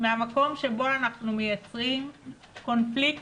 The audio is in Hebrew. מהמקום שבו אנחנו מייצרים קונפליקט